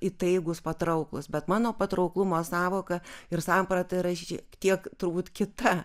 įtaigūs patrauklūs bet mano patrauklumo sąvoka ir samprata yra šiek tiek turbūt kita